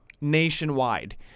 nationwide